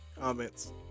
comments